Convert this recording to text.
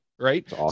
Right